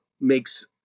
makes